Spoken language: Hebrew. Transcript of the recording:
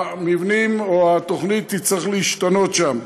המבנים, או: התוכנית תצטרך להשתנות שם.